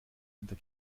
hinter